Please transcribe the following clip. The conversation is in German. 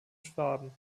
schwaben